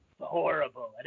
horrible